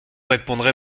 répondrai